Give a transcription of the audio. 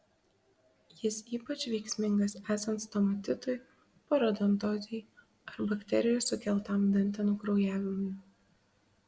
jis ypač veiksmingas esant stomatitui parodontozei ar bakterijų sukeltam dantenų kraujavimui